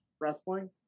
wrestling